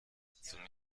zum